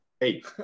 eight